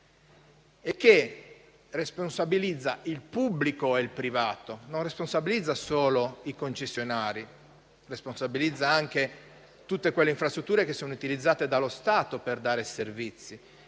Si responsabilizza il pubblico e il privato, non solo i concessionari, ma anche tutte quelle infrastrutture che sono utilizzate dallo Stato per dare servizi.